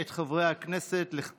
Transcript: כבוד נשיא המדינה יצחק הרצוג